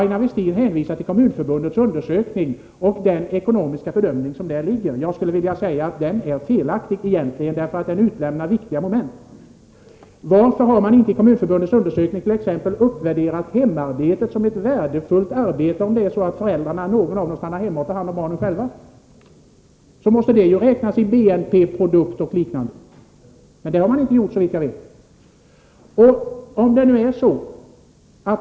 Aina Westin hänvisar till den ekonomiska bedömning som görs i Kommunförbundets undersökning. Jag skulle vilja säga att den bedömningen egentligen är felaktig, eftersom den utelämnar viktiga moment. Varför har man t.ex. i Kommunförbundets undersökning inte kategoriserat hemarbetet som en värdefull sysselsättning i de fall där någon av föräldrarna stannar hemma och själv tar hand om barnen? Det måste ju räknas in i BNP och i liknande sammanhang, men det har man såvitt jag vet inte gjort.